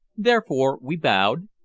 therefore we bowed,